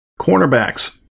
Cornerbacks